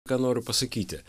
ką noriu pasakyti